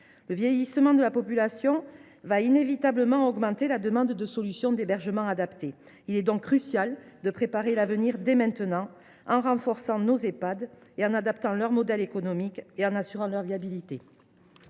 Le vieillissement de la population va inévitablement augmenter la demande de solutions d’hébergement adapté. Il est donc crucial de préparer l’avenir dès maintenant, en renforçant nos Ehpad, en adaptant leur modèle économique et en assurant leur viabilité.